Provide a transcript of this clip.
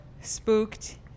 Spooked